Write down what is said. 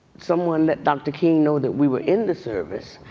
someone that dr. king know that we were in the service,